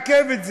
יעכב את זה,